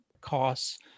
costs